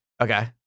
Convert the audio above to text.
Okay